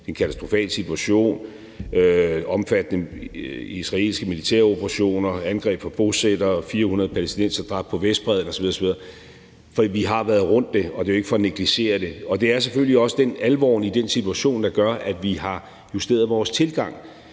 det er en katastrofal situation, der er omfattende israelske militæroperationer, der er angreb fra bosættere, 400 palæstinensere er dræbt på Vestbredden osv. osv., for vi har rundet det, og det er ikke for at negligere det. Det er selvfølgelig også alvoren i den situation, der gør, at vi har justeret vores tilgang.